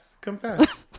Confess